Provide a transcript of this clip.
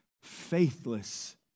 faithless